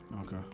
Okay